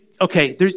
okay